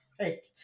Right